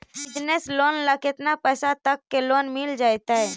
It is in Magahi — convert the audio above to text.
बिजनेस लोन ल केतना पैसा तक के लोन मिल जितै?